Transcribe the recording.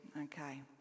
Okay